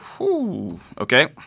Okay